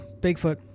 Bigfoot